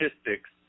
statistics